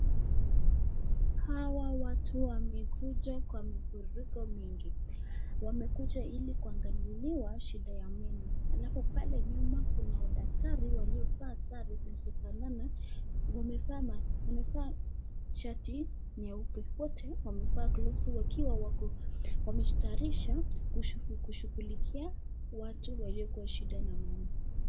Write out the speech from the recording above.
Hawa watu wamekuja kwa miporoko mingi. Wamekuja ili kuangaliwa shida ya meno. Alafu pale nyuma kuna wadaktari waliofaa sare zilizofanana. Wamefaa wamefaa shati nyeupe. Wote wamefaa gloves wakiwa wako wameshtarisha kushughulikia watu waliokuwa shida na meno.